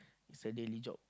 it's a daily job